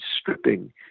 stripping